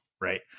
Right